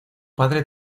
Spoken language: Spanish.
padre